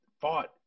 fought